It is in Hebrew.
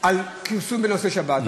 על כרסום בנושא השבת.